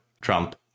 Trump